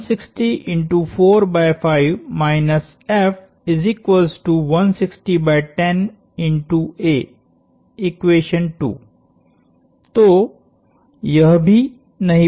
तो तो यह भी नहीं बदला है